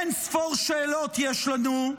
אין-ספור שאלות יש לנו,